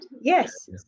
Yes